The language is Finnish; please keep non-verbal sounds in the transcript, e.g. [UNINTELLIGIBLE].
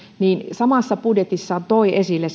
samassa budjetissaan toi esille [UNINTELLIGIBLE]